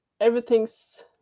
everything's